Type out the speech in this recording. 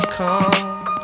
come